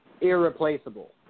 irreplaceable